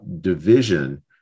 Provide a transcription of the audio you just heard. division